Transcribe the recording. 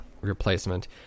replacement